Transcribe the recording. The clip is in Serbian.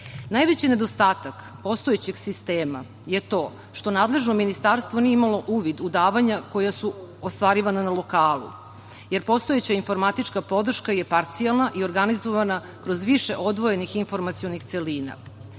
podršku. Najveći nedostatak postojećeg sistema je to što nadležno ministarstvo nije imalo uvid u davanja koja su ostvarivana na lokalu, jer postojeća informatička podrška je parcijalna i organizovana kroz više odvojenih informacionih celina.